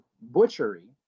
butchery